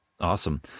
Awesome